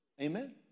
Amen